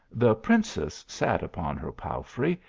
the princess sat upon her palfrey,